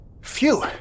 Phew